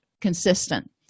consistent